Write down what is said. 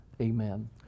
amen